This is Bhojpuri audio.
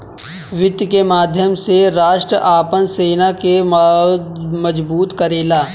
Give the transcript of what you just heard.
वित्त के माध्यम से राष्ट्र आपन सेना के मजबूत करेला